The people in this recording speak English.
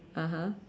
(uh huh)